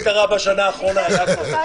מה קרה בשנה האחרונה, יעקב?